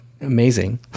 amazing